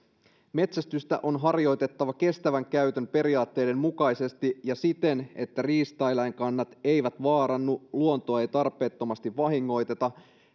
metsästystä on harjoitettava kestävän käytön periaatteiden mukaisesti ja siten että riistaeläinkannat eivät vaarannu luontoa ei tarpeettomasti vahingoiteta